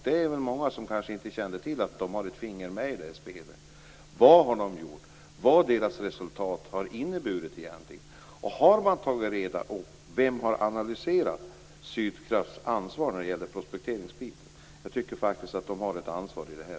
Det är många som inte känner till att de har ett finger med i spelet. Vad har de gjort? Vad har det inneburit egentligen? Vem har analyserat Sydkrafts ansvar när det gäller prospekteringen? Jag tycker faktiskt att de också har ett ansvar i det här.